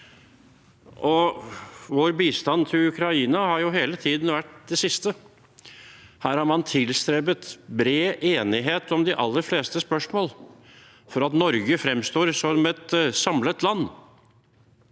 Vår bistand til Ukraina har hele tiden vært det siste. Her har man tilstrebet bred enighet om de aller fleste spørsmål, for at Norge skal fremstå som et samlet land.